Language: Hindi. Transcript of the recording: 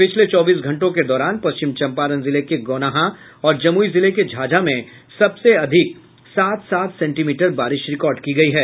पिछले चौबीस घंटों के दौरान पश्चिम चम्पारण जिले के गौनाहा और जमुई जिले के झाझा में सबसे अधिक सात सात सेंटीमीटर बारिश रिकॉर्ड की गयी है